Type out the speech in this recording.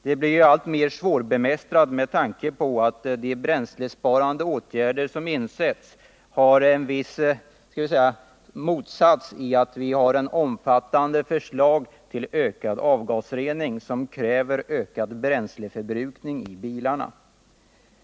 Den blir alltmer svårbemästrad med tanke på att de bränslebesparande åtgärder som insätts står i viss motsättning till att vi har omfattande förslag om ökad avgasrening som kräver ökad bränsleförbrukning i bilarna.